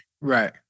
Right